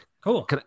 cool